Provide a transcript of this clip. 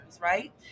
right